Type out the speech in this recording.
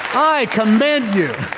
i commend you!